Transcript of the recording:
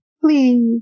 please